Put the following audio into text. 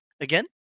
again